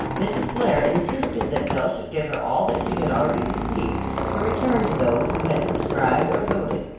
mrs. blair insisted that belle should give her all that she had already received to return to those who had subscribed or voted.